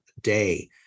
day